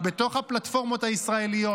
בתוך הפלטפורמות הישראליות,